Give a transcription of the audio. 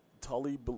Tully